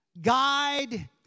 guide